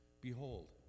Behold